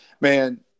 man